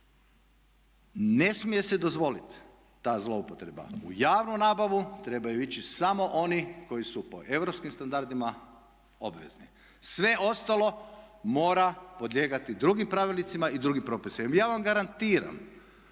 Ne smije se dozvoliti ta zloupotreba. U javnu nabavu trebaju ići samo oni koji su po europskim standardima obvezni. Sve ostalo mora podlijegati drugim pravilnicima i drugim propisima. Ja vam garantiram,